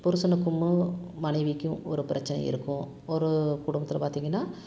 புருசனுக்கும் மனைவிக்கும் ஒரு பிரச்சனை இருக்கும் ஒரு குடும்பத்தில் பார்த்தீங்கன்னா